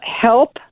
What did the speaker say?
help